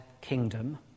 kingdom